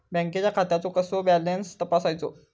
बँकेच्या खात्याचो कसो बॅलन्स तपासायचो?